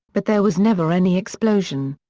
but there was never any explosion.